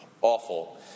awful